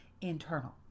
internal